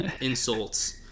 insults